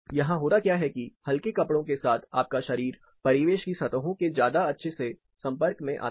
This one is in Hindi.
यहां होता क्या है कि हल्के कपड़ों के साथ आपका शरीर परिवेश की सतहों के ज्यादा अच्छे से संपर्क में आता है